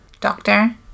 doctor